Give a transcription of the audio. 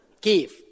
Give